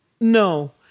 No